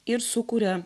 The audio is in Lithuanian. ir sukuria